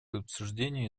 обсуждению